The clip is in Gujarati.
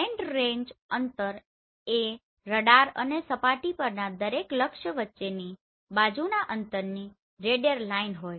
સ્લેંટ રેન્જ અંતર એ રડાર અને સપાટી પરના દરેક લક્ષ્ય વચ્ચેની બાજુના અંતરની રેડિયલ લાઇન હોય